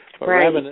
Right